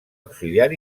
auxiliar